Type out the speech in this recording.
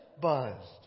buzzed